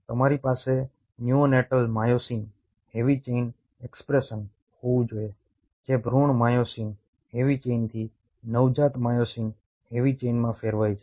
તમારી પાસે neonatal myosin heavy chain expression હોવું જોઈએ જે ભૃણ માયોસિન હેવી ચેઇનથી નવજાત માયોસિન હેવી ચેઇનમાં ફેરવાઈ છે